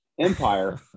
empire